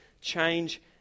change